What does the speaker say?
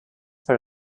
per